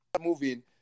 moving